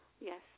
yes